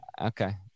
Okay